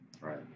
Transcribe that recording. right